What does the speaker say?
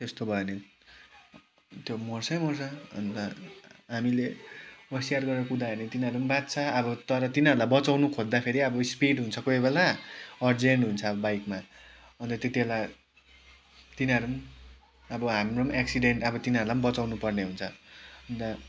त्यस्तो भयो भने त्यो मर्छै मर्छ अन्त हामीले होसियार गरेर कुदायो भने तिनीहरू पनि बाँच्छ अब तर तिनीहरूलाई बचाउनु खोज्दाखेरि अब स्पिड हुन्छ कोही बेला अर्जेन्ट हुन्छ बाइकमा अन्त तेतिबेला तिनीहरू पनि अब हाम्रो पनि एक्सिन्डेन्ट अब तिनीहरूलाई पनि बचाउनु पर्ने हुन्छ अन्त